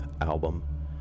album